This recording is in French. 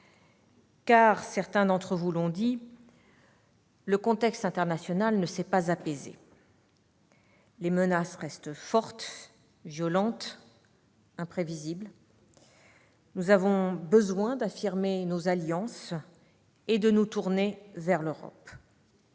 Car, certains d'entre vous l'ont dit, le contexte international ne s'est pas apaisé. Les menaces restent fortes, violentes, imprévisibles. Nous avons besoin d'affirmer nos alliances et de nous tourner vers l'Europe.